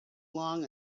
along